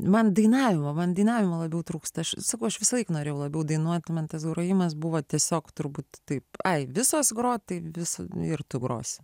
man dainavimo man dainavimo labiau trūksta aš sakau aš visąlaik norėjau labiau dainuoti man tas grojimas buvo tiesiog turbūt taip taip ai visos groti tai visada ir tu grosi